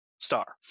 star